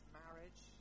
marriage